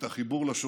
את החיבור לשורשים,